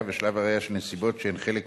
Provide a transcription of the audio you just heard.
ושלב הראיה של נסיבות שהן חלק מ"סיפור"